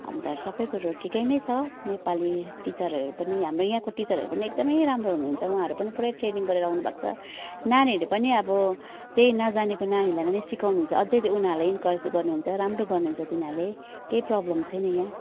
अन्त अरू सबै कुरो ठिकै नै छ नेपाली टिचरहरू पनि हाम्रो यहाँको टिचरहरू पनि एकदम राम्रो हुनु हुन्छ उहाँहरू पनि पुरै ट्रेनिङ गरेर आउनु भएको छ नानीहरूले पनि अब त्यही नजानेको नानीलाई पनि सिकाउनु हुन्छ अझ त्यो उनीहरूलाई इन्करेज गर्नु हुन्छ राम्रो गर्नु हुन्छ तिनीहरूले केही प्रोब्लम छैन यहाँ